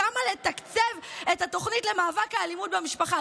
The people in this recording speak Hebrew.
בכמה לתקצב את התוכנית למאבק באלימות במשפחה.